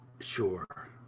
sure